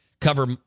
cover